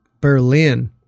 Berlin